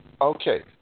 Okay